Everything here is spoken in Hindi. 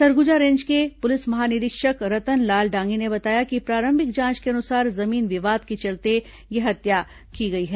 सरगुजा रेंज के पुलिस महानिरीक्षक रतन लाल डांगी ने बताया कि प्रारंभिक जांच के अनुसार जमीन विवाद के चलते यह हत्या की गई है